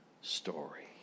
story